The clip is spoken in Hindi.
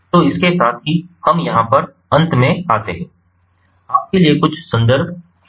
तो इसके साथ ही हम यहां पर अंत में आते हैं आपके लिए कुछ संदर्भ दिए गए हैं